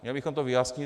Měli bychom to vyjasnit.